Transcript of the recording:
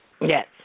Yes